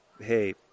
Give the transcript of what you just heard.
Hey